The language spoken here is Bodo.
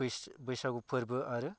बैसागु फोरबो आरो